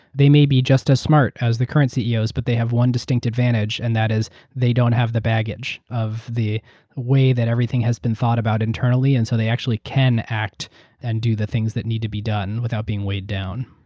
they may be just as smart as the current ceos, but they have one distinct advantage and that is they don't have the baggage of the way that everything has been thought about internally, and so they actually can act and do the things that need to be done without being weighed down.